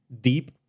deep